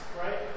right